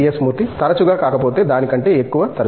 మూర్తి తరచుగా కాకపోతే దాని కంటే ఎక్కువ తరచుగా